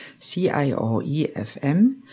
CIOE-FM